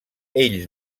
ells